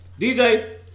DJ